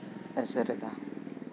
ᱮᱥᱮᱨᱮᱫᱟ